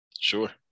Sure